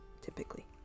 typically